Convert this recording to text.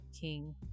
king